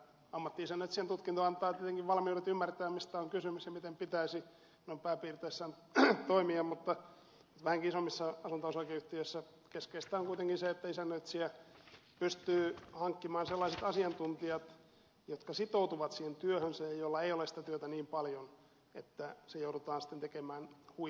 ammatti isännöitsijän tutkinto antaa tietenkin valmiudet ymmärtää mistä on kysymys ja miten pitäisi noin pääpiirteissään toimia mutta vähänkin isommissa asuntoyhtiöissä keskeistä kuitenkin on se että isännöitsijä pystyy hankkimaan sellaiset asiantuntijat jotka sitoutuvat siihen työhönsä ja joilla ei ole sitä työtä niin paljon että se joudutaan sitten tekemään huitaisten